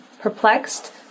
perplexed